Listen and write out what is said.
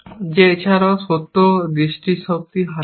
যে এছাড়াও সত্য দৃষ্টিশক্তি হারান না